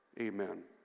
Amen